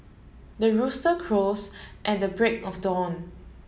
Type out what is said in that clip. the rooster crows at the break of dawn